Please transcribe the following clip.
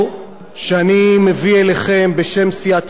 שאני מביא אליכם בשם סיעת מרצ,